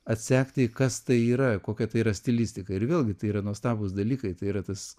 atsekti kas tai yra kokia tai yra stilistika ir vėlgi tai yra nuostabūs dalykai tai yra tas